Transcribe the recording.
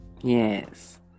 yes